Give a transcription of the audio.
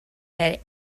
had